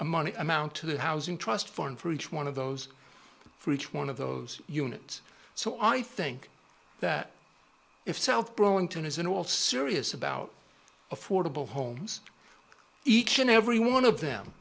a money amount to the housing trust fund for each one of those for each one of those units so i think that if south burlington isn't all serious about affordable homes each and every one of them